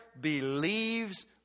believes